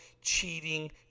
cheating